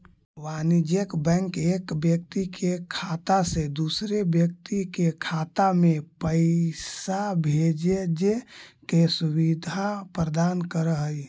वाणिज्यिक बैंक एक व्यक्ति के खाता से दूसर व्यक्ति के खाता में पैइसा भेजजे के सुविधा प्रदान करऽ हइ